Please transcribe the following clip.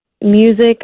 Music